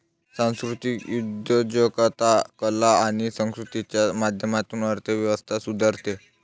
सांस्कृतिक उद्योजकता कला आणि संस्कृतीच्या माध्यमातून अर्थ व्यवस्था सुधारते